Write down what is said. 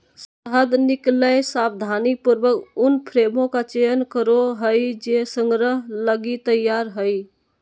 शहद निकलैय सावधानीपूर्वक उन फ्रेमों का चयन करो हइ जे संग्रह लगी तैयार हइ